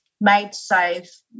made-safe